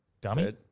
Dummy